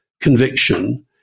conviction